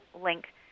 link